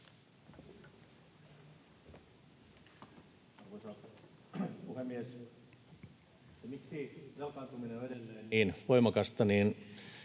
miksi velkaantuminen on edelleen niin voimakasta,